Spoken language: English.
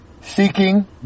seeking